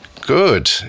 Good